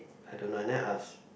I don't know then I ask